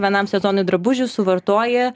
vienam sezonui drabužius suvartoji